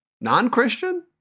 Non-Christian